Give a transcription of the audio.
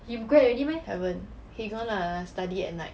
haven't he gonna study at night